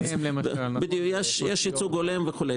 יש ייצוג הולם וכו',